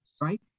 right